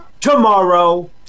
Tomorrow